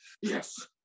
yes